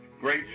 great